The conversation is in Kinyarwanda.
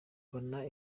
mbona